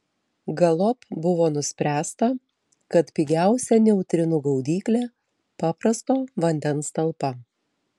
galop buvo nuspręsta kad pigiausia neutrinų gaudyklė paprasto vandens talpa